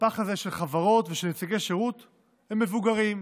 הזה של חברות ושל נציגי שירות הם מבוגרים,